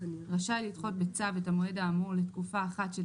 רשאי לדחות בצו את המועד האמור לתקופה אחת של